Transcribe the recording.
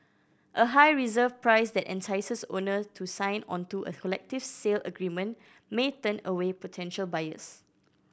a high reserve price that entices owner to sign onto a collective sale agreement may turn away potential buyers